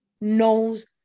knows